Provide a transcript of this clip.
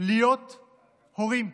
להיות הורים,